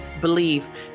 believe